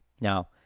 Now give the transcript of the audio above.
Now